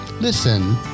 listen